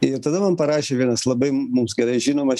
ir tada man parašė vienas labai mums gerai žinomas